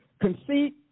conceit